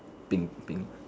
pink pink